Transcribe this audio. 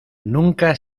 nunca